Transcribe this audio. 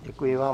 Děkuji vám.